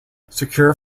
secure